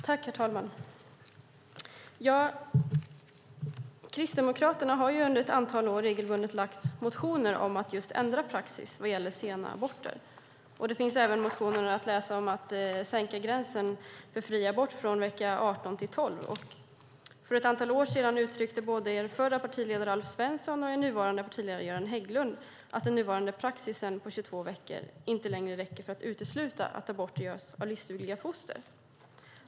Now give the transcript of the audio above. Herr talman! Kristdemokraterna har under ett antal år regelbundet väckt motioner om att just ändra praxis vad gäller sena aborter. Det finns även motioner att läsa om att sänka gränsen för fri abort från vecka 18 till vecka 12. För ett antal år sedan uttryckte både er förra partiledare Alf Svensson och er nuvarande partiledare Göran Hägglund att den nuvarande praxisen på 22 veckor inte längre räcker för att utesluta att aborter görs av livsdugliga foster.